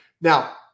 now